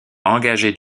engagé